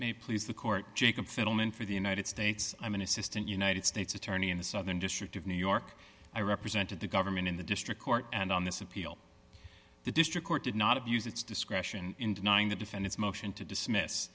may please the court jacob fidelman for the united states i'm an assistant united states attorney in the southern district of new york i represented the government in the district court and on this appeal the district court did not abuse its discretion in denying the defend its motion to dismiss